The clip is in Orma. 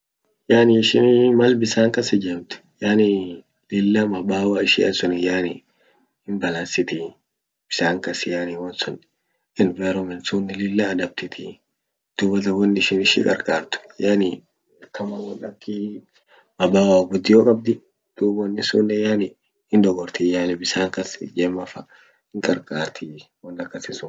yani ishinii mal bisan kas ijemt. yani lilla mabawa ishia sun yani hin balance siti bisan kas yani wonsun environment sunen lilla adabtitii. dubatan won ishi ishi qar qart yani akama won mabawa gudio qabdi dub woni sunen yani hindogorti yani bisan kas ijema fa hinqar qartii won akasi sun.